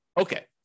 Okay